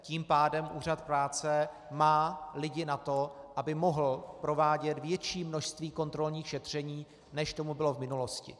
Tím pádem Úřad práce má lidi na to, aby mohl provádět větší množství kontrolních šetření, než tomu bylo v minulosti.